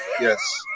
Yes